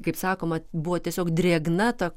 kaip sakoma buvo tiesiog drėgna ta